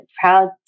proud